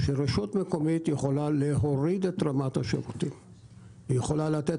רשות מקומית יכולה להוריד את רמת השירותים; היא יכולה לתת